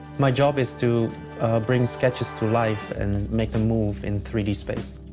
my job is to bring sketches to life and make them move in three d space.